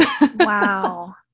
Wow